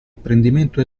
apprendimento